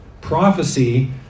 prophecy